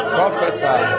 Professor